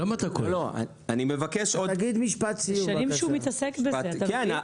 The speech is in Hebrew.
תגיד משפט סיום, בבקשה.